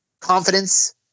confidence